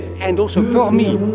and also fourmis,